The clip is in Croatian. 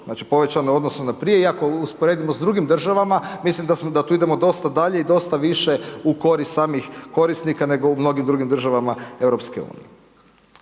znači povećane u odnosu na prije. I ako usporedimo sa drugim državama mislim da tu idemo dosta dalje i dosta više u korist samih korisnika, nego u mnogim drugim državama EU.